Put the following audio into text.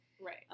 Right